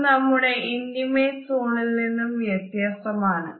ഇത് നമ്മുടെ ഇന്റിമേറ്റ് സോണിൽ നിന്നും വ്യത്യസ്തമാണ്